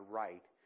right